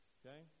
okay